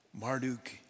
Marduk